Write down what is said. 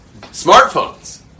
smartphones